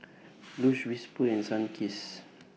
Lush Whisper and Sunkist